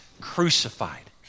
crucified